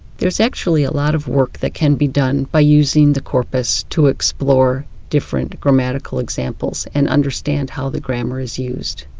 there's actually a lot of work that can be done by using the corpus to explore different grammatical examples and understand how the grammar is used.